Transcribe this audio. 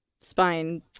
Spine